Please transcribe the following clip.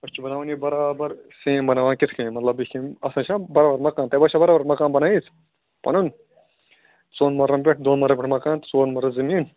أسۍ چھِ بَناوان یہِ برابر سیم بَناوان کِتھ کٔنۍ مطلب یِتھ کٔنۍ آسان چھا برابر مَکان تۄہہِ باسیو برابر مَکان بَنٲیِتھ پَنُن ژوٚن مَلرَن پٮ۪ٹھ دۄن مَلرَن پٮ۪ٹھ مکان ژور مَلرٕ زٔمیٖن